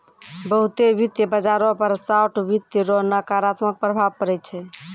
बहुते वित्त बाजारो पर शार्ट वित्त रो नकारात्मक प्रभाव पड़ै छै